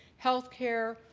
healthcare,